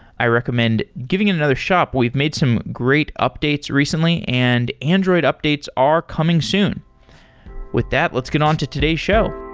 i recommend giving another shop. we've made some great updates recently and android updates are coming soon with that, let's get on to today's show